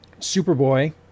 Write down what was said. Superboy